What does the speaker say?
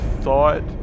thought